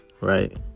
right